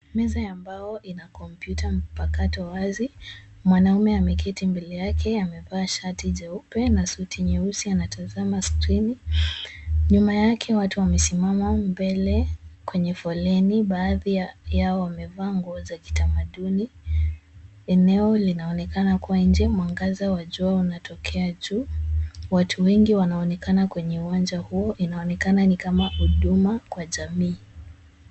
Meza ya mbao ina kompyuta mpakato wazi. Mwanaume ameketi mbele yake amevaa shati jeupe na suti nyeusi anatazama skrini. Nyuma yake watu wamesimama mbele kwenye foleni, baadhi yao wamevaa nguo za kitamaduni. Eneo linaonekana kuwa nje. Mwangaza wa jua unatokea juu. Watu wengi wanaonekana kwenye uwanja huo, inaonekana ni kama huduma kwa jamii.